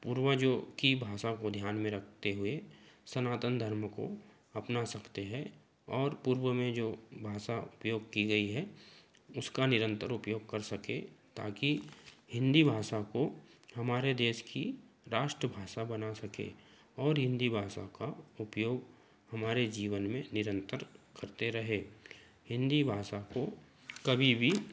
पूर्वजों की भाषा को ध्यान में रखते हुए सनातन धर्म को अपना सकते है और पूर्व में जो भाषा उपयोग की गई है उसका निरंतर उपयोग कर सकें ताकि हिन्दी भाषा को हमारे देश की राष्ट्र भाषा बना सकें और हिन्दी भाषा का उपयोग हमारे जीवन में निरंतर करते रहे हिन्दी भाषा को कभी भी